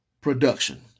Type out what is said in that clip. production